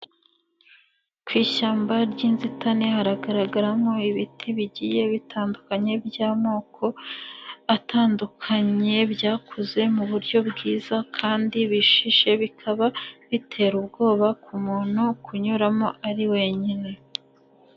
Ku ishyamba ry'inzitane, hagaragaramo ibiti bigiye bitandukanye by'amoko atandukanye, byakuze mu buryo bwiza kandi bishishe, bikaba bite ubwoba umuntu kunyuramo ari wenyine.